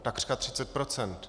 Takřka 30 procent.